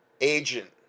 agent